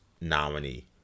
nominee